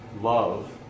love